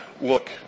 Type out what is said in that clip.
look